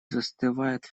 застывает